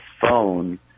phone